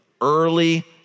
early